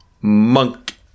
monk